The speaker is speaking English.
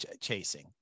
chasing